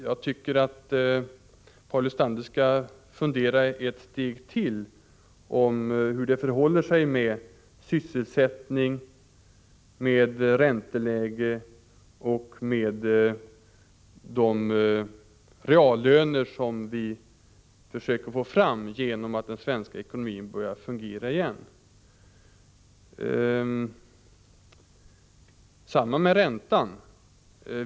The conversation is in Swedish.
Jag tycker att Paul Lestander skall fundera ett tag till på hur det förhåller sig med sysselsättning, med ränteläge och med de reallöner som vi försöker åstadkomma nu när den svenska ekonomin börjat fungera igen.